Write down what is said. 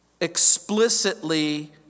explicitly